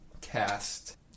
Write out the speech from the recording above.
cast